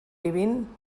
vivint